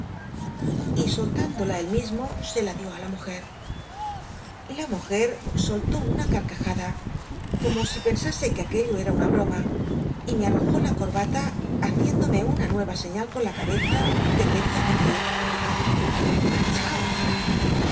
y soltánd ola él mismo se la dió á la mujer la mujer soltó una carcajada como si pensase que aquello cra una broma y me ar rojó la corbata haci ndome una nuera señal con la c beza que quería decir